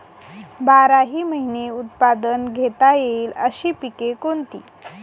बाराही महिने उत्पादन घेता येईल अशी पिके कोणती?